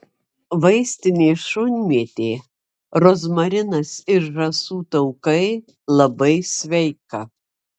vaistinė šunmėtė rozmarinas ir žąsų taukai labai sveika